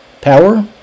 power